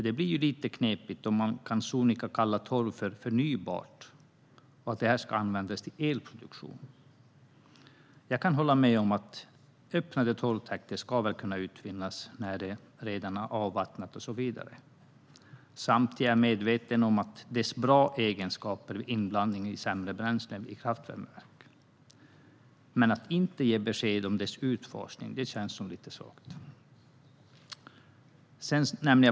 Det blir ju lite knepigt om man helt sonika kan kalla torv förnybar och använda den till elproduktion. Jag kan hålla med om att öppnade torvtäkter ska kunna utvinnas när det redan är avvattnat och så vidare, och jag är medveten om torvens goda egenskaper vid inblandning i sämre bränslen i kraftverk. Men att man inte ger besked om dess utfasning känns lite svagt.